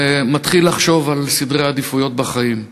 ומתחיל לחשוב על סדרי עדיפות בחיים.